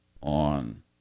on